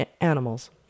animals